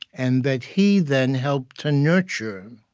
and that he then helped to nurture,